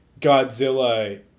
godzilla